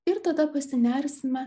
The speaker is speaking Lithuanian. ir tada pasinersime